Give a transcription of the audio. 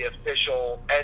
official